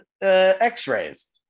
X-rays